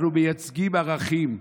אנחנו מייצגים ערכים,